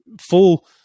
full